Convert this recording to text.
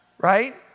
right